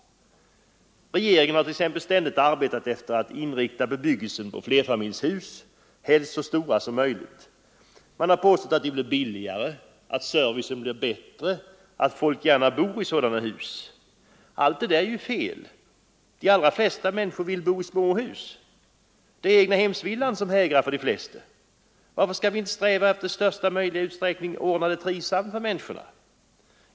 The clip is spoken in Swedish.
Regeringen har ständigt inriktat bebyggelsen på flerfamiljshus — helst så stora som möjligt. Man har påstått att det blir billigare, att servicen blir bättre och att folk gärna bor i sådana hus. Allt detta är ju fel! De allra flesta människor vill bo i småhus. Det är egnahemsvillan som hägrar för de flesta. Varför skall vi inte i största möjliga utsträckning sträva efter att ordna det trivsamt för människorna?